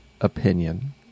opinion